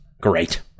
great